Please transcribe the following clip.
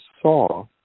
saw